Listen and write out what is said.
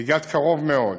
שהגעת קרוב מאוד.